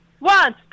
One